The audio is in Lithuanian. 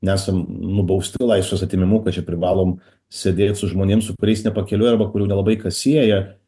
nesam nubausti laisvės atėmimu kad čia privalom sėdėt su žmonėm su kuriais nepakeliui arba kurių nelabai kas sieja